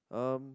um